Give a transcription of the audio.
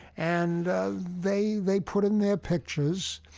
and they they put in their pictures,